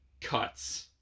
cuts